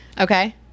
Okay